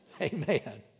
Amen